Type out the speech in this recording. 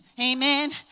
Amen